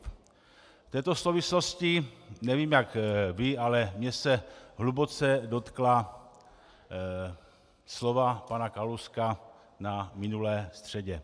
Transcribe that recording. V této souvislosti nevím, jak vy, ale mě se hluboce dotkla slova pana Kalouska minulou středu.